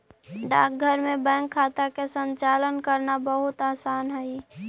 डाकघर में बैंक खाता के संचालन करना बहुत आसान हइ